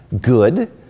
good